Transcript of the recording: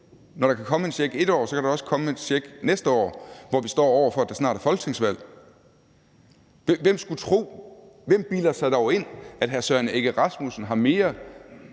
Når der kan komme en check et år, kan der da også komme en check næste år, hvor vi står over for, at der snart er folketingsvalg. Hvem skulle tro, og hvem bilder sig dog ind, at hr. Søren Egge Rasmussen har mere